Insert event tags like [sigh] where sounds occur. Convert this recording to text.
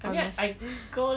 honest [laughs]